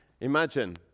Imagine